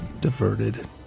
diverted